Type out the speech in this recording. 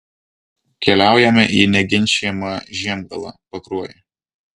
keliaujame į neginčijamą žiemgalą pakruojį